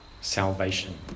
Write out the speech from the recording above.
salvation